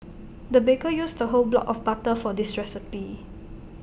the baker used A whole block of butter for this recipe